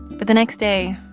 but the next day,